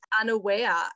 unaware